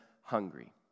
hungry